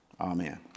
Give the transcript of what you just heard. Amen